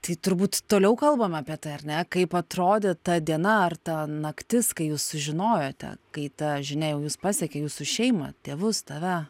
tai turbūt toliau kalbam apie tai ar ne kaip atrodė ta diena ar ta naktis kai jūs sužinojote kai ta žinia jau jus pasiekė jūsų šeimą tėvus tave